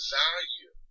value